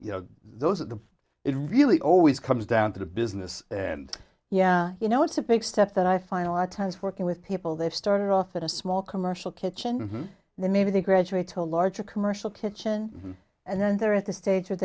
you know those are the it really always comes down to the business and yeah you know it's a big step that i find a lot of times working with people they've started off in a small commercial kitchen and then maybe they graduate to larger commercial kitchen and then they're at the stage